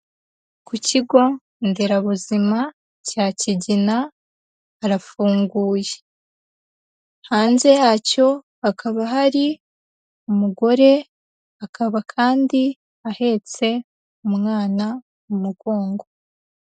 Ku kigo nderabuzima cya Kigina harafunguye, hanze yacyo hakaba hari umugore, akaba kandi ahetse umwana mu mugongo.